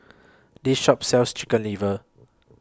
This Shop sells Chicken Liver